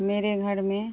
میرے گھر میں